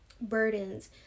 burdens